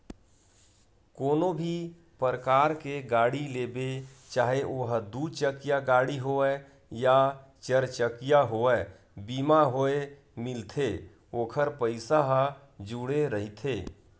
कोनो भी परकार के गाड़ी लेबे चाहे ओहा दू चकिया गाड़ी होवय या चरचकिया होवय बीमा होय मिलथे ओखर पइसा ह जुड़े रहिथे